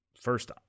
First